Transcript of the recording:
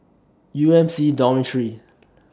U M C Dormitory